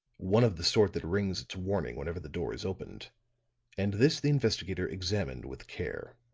one of the sort that rings its warning whenever the door is opened and this the investigator examined with care.